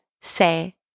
say